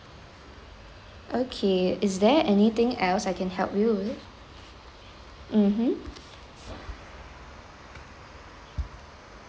okay is there anything else I can help you with mmhmm